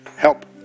help